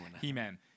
He-Man